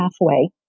halfway